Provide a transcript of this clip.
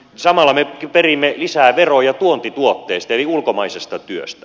samalla me perimme lisää veroja tuontituotteista eli ulkomaisesta työstä